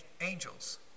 angels